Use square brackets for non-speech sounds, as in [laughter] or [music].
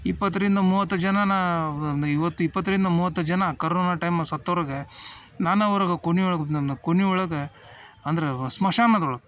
ಇಪ್ಪತ್ತರಿಂದ ಮೂವತ್ತು ಜನನ [unintelligible] ಈವತ್ತು ಇಪ್ಪತ್ತರಿಂದ ಮೂವತ್ತು ಜನ ಕರೋನ ಟೈಮ್ ಸತ್ತೋರಿಗೆ ನಾನು ಅವ್ರಿಗೆ ಕುಣಿ ಒಳಗೆ [unintelligible] ಕುಣಿ ಒಳಗೆ ಅಂದರೆ ಸ್ಮಶಾನದೊಳಗೆ